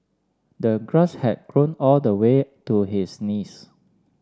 the grass had grown all the way to his knees